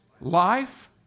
life